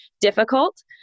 difficult